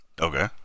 Okay